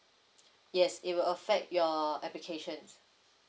yes it will affect your applications